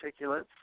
particulates